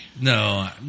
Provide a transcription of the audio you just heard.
No